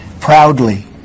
proudly